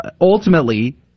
ultimately